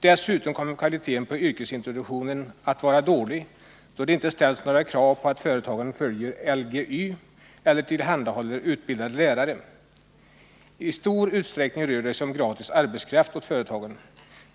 Dessutom kommer kvalitén på yrkesintroduktionen att vara dålig, då det inte ställs några krav på att företagen följer LGY eller tillhandahåller utbildade lärare. Istor utsträckning rör det sig om gratis arbetskraft åt företagen.